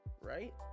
right